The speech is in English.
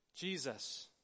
Jesus